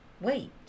wait